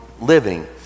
living